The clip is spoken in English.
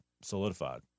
solidified